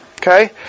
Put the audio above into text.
Okay